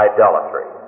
Idolatry